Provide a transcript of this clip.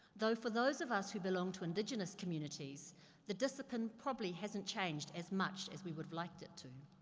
though, for those of us who belong to indigenous communities the discipline probably hasn't changed as much as we would've liked it to.